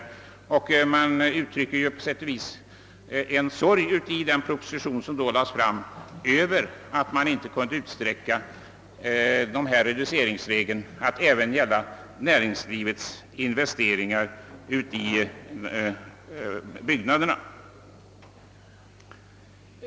I den proposition som då lades fram uttrycker man på sätt och vis en känsla av sorg över att man inte kunde utsträcka reduceringsregeln att även gälla näringslivets investeringar i byggnader.